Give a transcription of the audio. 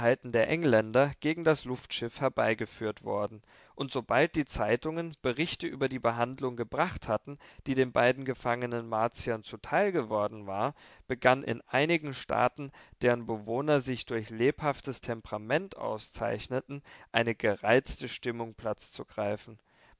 der engländer gegen das luftschiff herbeigeführt worden und sobald die zeitungen berichte über die behandlung gebracht hatten die den beiden gefangenen martiern zuteil geworden war begann in einigen staaten deren bewohner sich durch lebhaftes temperament auszeichneten eine gereizte stimmung platz zu greifen